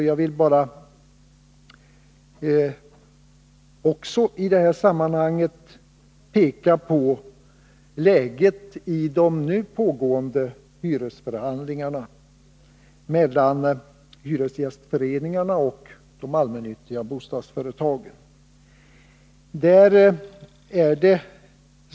Jag vill i det här sammanhanget peka på läget i de nu pågående hyresförhandlingarna mellan hyresgästföreningarna och de allmännyttiga bostadsföretagen. Oskar Lindkvist har redan nämnt dem.